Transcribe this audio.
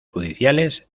judiciales